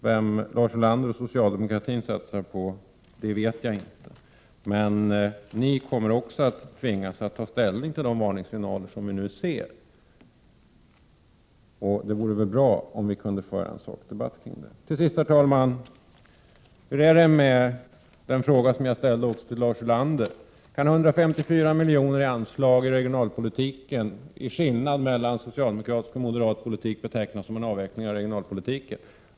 Vem Lars Ulander och socialdemokratin satsar på vet jag inte, men även de kommer att tvingas att ta ställning till de varningssignaler som vi nu märker. Det vore bra om vi kunde föra en sakdebatt om problemen. Kan en anslagsskillnad mellan socialdemokratisk och moderat politik på 154 milj.kr. i regionalpolitiska sammanhang betecknas som en avveckling av regionalpolitiken? Den frågan har jag ställt till Lars Ulander.